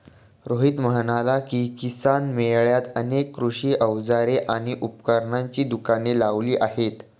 रोहित म्हणाला की, किसान मेळ्यात अनेक कृषी अवजारे आणि उपकरणांची दुकाने लावली आहेत